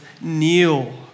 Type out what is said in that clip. kneel